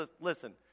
listen